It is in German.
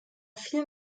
viel